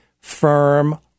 firm